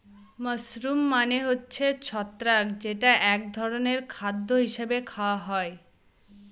mushroom মানে হচ্ছে ছত্রাক যেটা এক ধরনের খাদ্য হিসাবে খাওয়া হয়